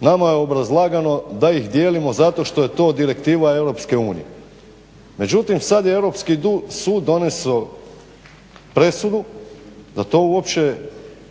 nama je obrazlagano zato što je to direktiva EU, međutim sada je Europski sud donio presudu da to uopće